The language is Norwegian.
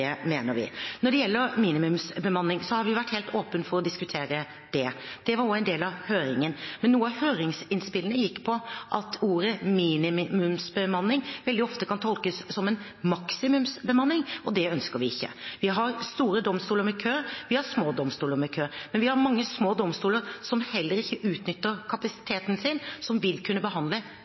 mener vi. Når det gjelder minimumsbemanning, har vi vært helt åpne for å diskutere det. Det var også en del av høringen. Men noen av høringsinnspillene gikk på at ordet «minimumsbemanning» veldig ofte kan tolkes som en maksimumsbemanning, og det ønsker vi ikke. Vi har store domstoler med kø, vi har små domstoler med kø, men vi har mange små domstoler som heller ikke utnytter kapasiteten sin, som vil kunne behandle